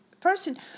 person